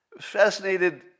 Fascinated